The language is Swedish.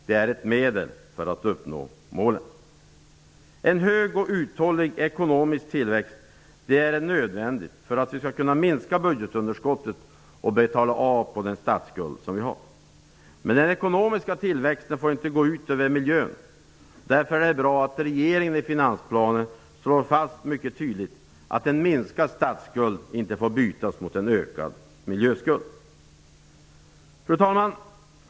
Det är ett medel för att uppnå målen. En hög och uthållig ekonomisk tillväxt är nödvändig för att vi skall kunna minska budgetunderskottet och betala av på statsskulden. Men den ekonomiska tillväxten får inte gå ut över miljön. Därför är det bra att regeringen i finansplanen mycket tydligt slår fast att en minskad statsskuld inte får bytas mot en ökad miljöskuld. Fru talman!